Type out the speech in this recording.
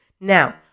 Now